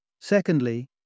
Secondly